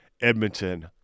Edmonton